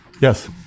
Yes